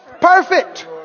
perfect